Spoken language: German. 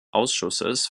ausschusses